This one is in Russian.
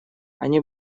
они